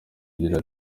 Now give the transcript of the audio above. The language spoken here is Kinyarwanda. agira